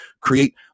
create